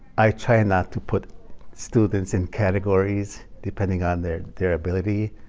i try not to put students in categories depending on their their ability.